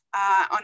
on